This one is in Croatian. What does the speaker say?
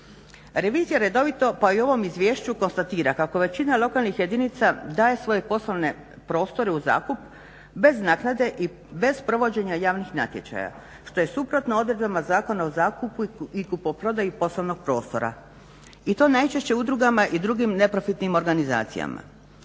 Revizija redovito pa i u ovom izvješću konstatira kako većina lokalnih jedinica daje svoje poslovne prostore u zakup bez naknade i bez provođenja javnih natječaja što je suprotno odredbama Zakona o zakupu i kupoprodaji poslovnog prostora. I to najčešće udrugama i drugim neprofitnim organizacijama.